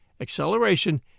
acceleration